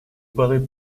paraît